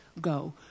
go